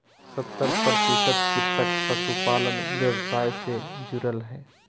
सत्तर प्रतिशत कृषक पशुपालन व्यवसाय से जुरल हइ